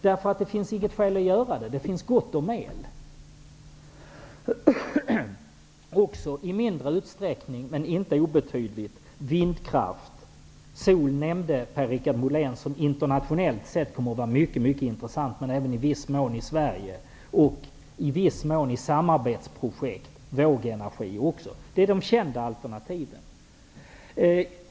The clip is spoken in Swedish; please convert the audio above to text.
Det finns inga skäl till att fullfölja dem, eftersom det finns gott om el. I mindre men inte obetydlig utsträckning finns också vindkraft. Per-Richard Molén nämnde solkraft som internationellt mycket intressant men även i viss mån intressant i Sverige. Detsamma gäller i viss utsträckning också samarbetsprojekt när det gäller vågenergi. Detta är de kända alternativen.